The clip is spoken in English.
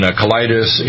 colitis